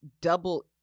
double